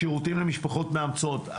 שירותים למשפחות מאמצות,